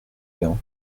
bien